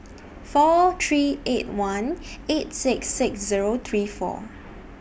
four three eight one eight six six Zero three four